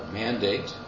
mandate